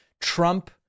Trump